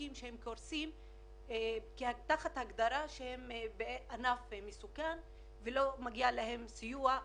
ועסקים שקורסים תחת הגדרה שהם ענף בסיכון ולא מגיע להם סיוע,